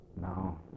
No